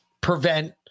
prevent